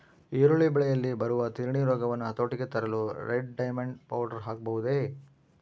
ಈರುಳ್ಳಿ ಬೆಳೆಯಲ್ಲಿ ಬರುವ ತಿರಣಿ ರೋಗವನ್ನು ಹತೋಟಿಗೆ ತರಲು ರೆಡ್ ಡೈಮಂಡ್ ಪೌಡರ್ ಹಾಕಬಹುದೇ?